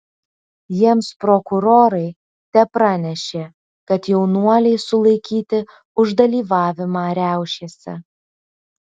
jiems prokurorai tepranešė kad jaunuoliai sulaikyti už dalyvavimą riaušėse